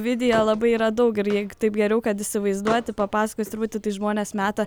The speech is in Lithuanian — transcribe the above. video labai yra daug ir jeigu taip geriau kad įsivaizduoti papasakoti truputį tai žmonės meta